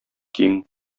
киң